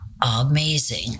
amazing